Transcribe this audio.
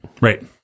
right